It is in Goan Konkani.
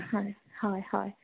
हय हय हय